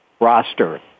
roster